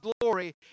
glory